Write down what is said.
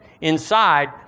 inside